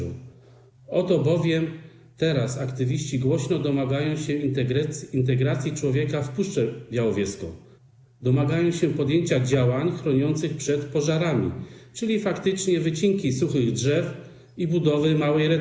Oto bowiem teraz aktywiści głośno domagają się ingerencji człowieka w Puszczę Białowieską, domagają się podjęcia działań chroniących przed pożarami, czyli faktycznie wycinki suchych drzew i budowy małej retencji.